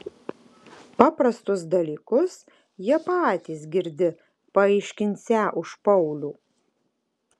paprastus dalykus jie patys girdi paaiškinsią už paulių